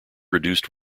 reduced